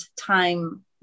time